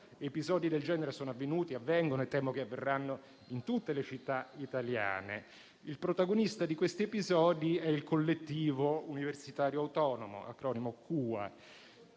episodi del genere sono avvenuti, avvengono e temo che avverranno in tutte le città italiane. Il protagonista di questi episodi è il Collettivo Universitario Autonomo, acronimo CUA.